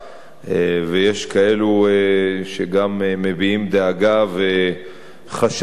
ויש כאלה שגם מביעים דאגה וחשש,